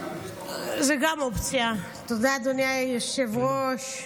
תודה, אדוני היושב-ראש.